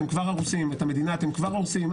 את המדינה אתם כבר הורסים.